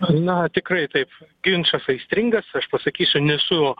na tikrai taip ginčas aistringas aš pasakysiu nesu